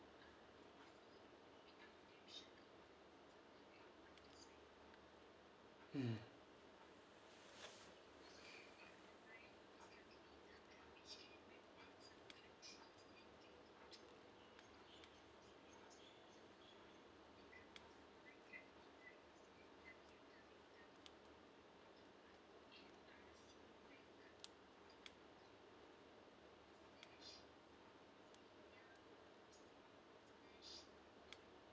mm